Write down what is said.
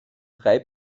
drei